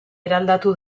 eraldatu